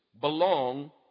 belong